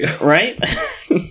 Right